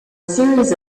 series